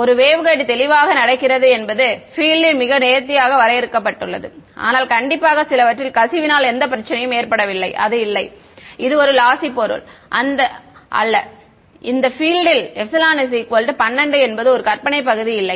ஒரு வேவ்கைடு தெளிவாக நடக்கிறது என்பது பீல்ட் மிகவும் நேர்த்தியாக வரையறுக்கப்பட்டுள்ளது ஆனால் கண்டிப்பாக சிலவற்றில் கசிவினால் எந்த பிரச்சனையும் ஏற்படவில்லை அது இல்லை இது ஒரு லாசி பொருள் அல்ல இந்த பீல்ட் ல் 12 என்பது ஒரு கற்பனை பகுதி இல்லை